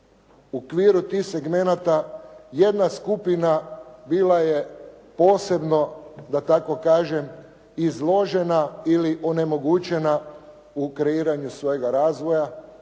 okviru tih segmenata jedna skupina bila je posebno da tako kažem izložena ili onemogućena u kreiranju svojega razvoja.